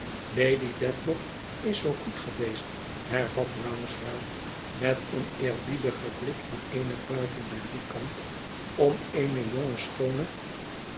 lady dedlock is zoo goed geweest hervat rouncewell met een eerbiedigen blik en eene buiging naar dien kant om eene jonge schoone